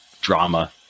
Drama